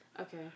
Okay